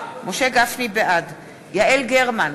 בעד יעל גרמן,